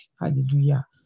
Hallelujah